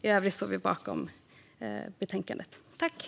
I övrigt står vi bakom utskottets förslag i betänkandet.